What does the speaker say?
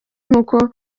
nk’uko